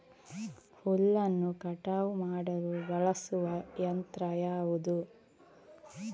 ಹುಲ್ಲನ್ನು ಕಟಾವು ಮಾಡಲು ಬಳಸುವ ಯಂತ್ರ ಯಾವುದು?